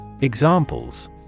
Examples